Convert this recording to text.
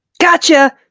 Gotcha